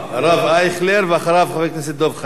הרב אייכלר, ואחריו, חבר הכנסת דב חנין.